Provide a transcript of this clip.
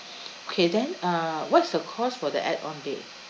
okay then uh what's the cost for the add-on bed